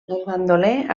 bandoler